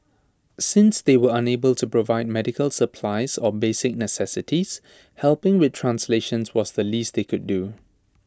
since they were unable to provide medical supplies or basic necessities helping with translations was the least they could do